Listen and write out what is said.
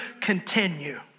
continue